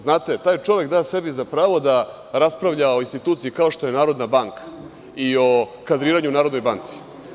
Znate, taj čovek je dao sebi za pravo da raspravlja o instituciji kao što je Narodna banka i o kadriranju u Narodnoj banci.